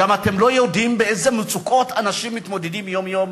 אתם גם לא יודעים באיזה מצוקות אנשים מתמודדים יום-יום.